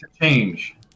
change